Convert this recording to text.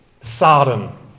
Sodom